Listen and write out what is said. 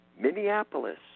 Minneapolis